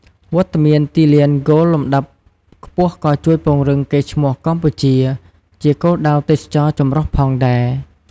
វត្តមានទីលានហ្គោលលំដាប់ខ្ពស់ក៏ជួយពង្រឹងកេរ្តិ៍ឈ្មោះកម្ពុជា ជាគោលដៅទេសចរណ៍ចម្រុះផងដែរ។